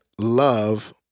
love